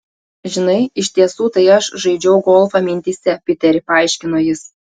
žinai iš tiesų tai aš žaidžiau golfą mintyse piteri paaiškino jis